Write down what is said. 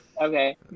Okay